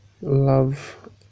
love